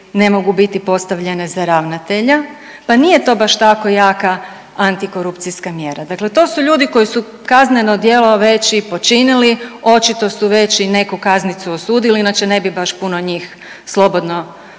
ne mogu biti postavljene za ravnatelja pa nije to baš tako jaka antikorupcijska mjera. Dakle, to su ljudi koji su kazneno djelo već i počinili, očito su već i neku kaznicu osudili inače ne bi baš puno njih slobodno